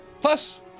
plus